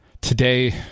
Today